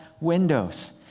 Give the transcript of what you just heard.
windows